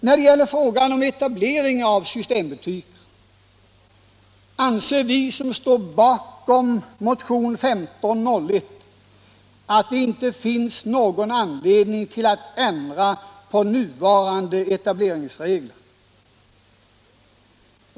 När det gäller frågan om etablering av systembutiker anser vi som står bakom motion 1501 att det inte finns någon anledning att ändra på de nuvarande etableringsreglerna.